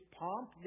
pomp